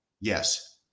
Yes